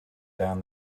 down